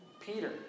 Peter